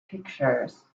pictures